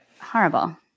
horrible